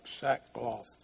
sackcloth